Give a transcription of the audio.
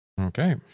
Okay